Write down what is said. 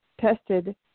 tested